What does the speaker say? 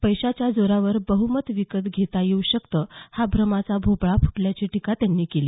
पैशांच्या जोरावर बह्मत विकत घेता येऊ शकतं हा भ्रमाचा भोपळा फुटल्याची टीका त्यांनी केली